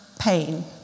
Pain